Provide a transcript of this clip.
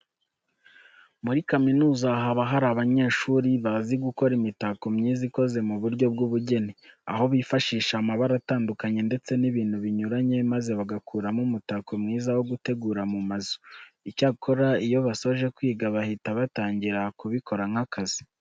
Muri kaminuza haba hari abanyeshuri bazi gukora imitako myiza ikoze mu buryo bw'ubugeni, aho bifashisha amabara atandukanye ndetse n'ibintu binyuranye maze bagakuramo umutako mwiza wo gutegura mu mazu. Icyakora iyo basoje kwiga bahita batangira kubikora nk'akazi.